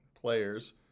players